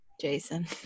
Jason